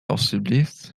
alstublieft